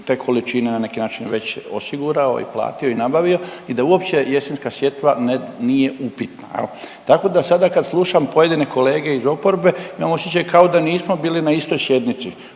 te količine na neki način već osigurao, platio i nabavio i da uopće jesenska sjetva nije upitna. Tako da sada kad slušam pojedine kolege iz oporbe imam osjećaj kao da nismo bili na istoj sjednici.